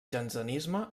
jansenisme